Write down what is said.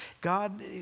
God